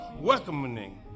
welcoming